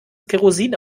kerosin